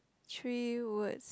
three words